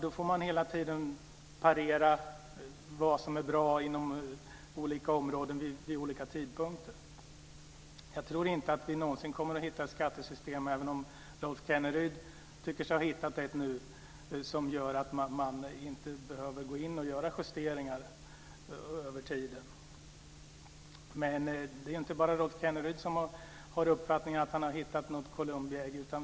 Då får man hela tiden parera vad som är bra inom olika områden vid olika tidpunkter. Jag tror inte att vi någonsin kommer att hitta ett skattesystem - även om Rolf Kenneryd tycker sig ha hittat ett nu - där det inte behövs justeringar över tiden. Det är inte bara Rolf Kenneryd som har uppfattningen att han har hittat ett Columbi ägg.